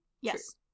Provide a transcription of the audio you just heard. Yes